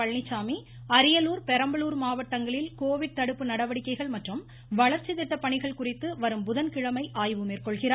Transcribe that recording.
பழனிசாமி அரியலூர் பெரம்பலூர் மாவட்டங்களில் கோவிட் தடுப்பு நடவடிக்கைகள் மற்றும் வளர்ச்சித் திட்டப்பணிகள் குறித்து வரும் புதன்கிழமை ஆய்வு மேற்கொள்கிறார்